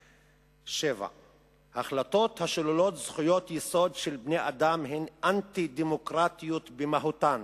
7. החלטות השוללות זכויות יסוד של בני-אדם הן אנטי-דמוקרטיות במהותן